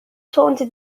taunted